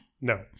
No